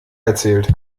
erzählt